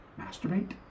Masturbate